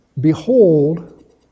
behold